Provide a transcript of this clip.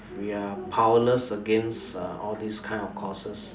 we are powerless against uh all these kind of costs